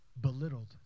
belittled